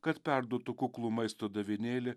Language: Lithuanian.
kad perduotų kuklų maisto davinėlį